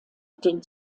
den